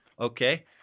okay